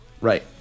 Right